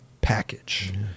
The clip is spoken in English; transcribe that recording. Package